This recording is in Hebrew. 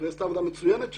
היא עשתה עבודה מצוינת שם.